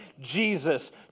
Jesus